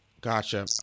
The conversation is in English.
Gotcha